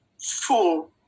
full